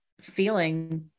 feeling